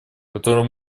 которое